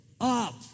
up